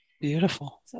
Beautiful